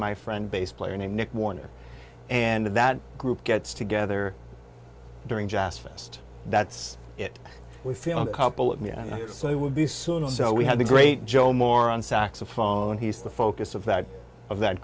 my friend bass player named nick warner and that group gets together during jazz fest that's it we feel a couple of me so it will be soon so we had the great joe moore on saxophone he's the focus of that of that